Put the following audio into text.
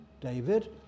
David